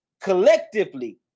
collectively